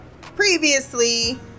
previously